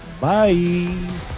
bye